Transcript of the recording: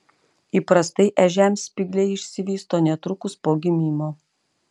įprastai ežiams spygliai išsivysto netrukus po gimimo